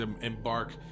embark